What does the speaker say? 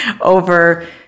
over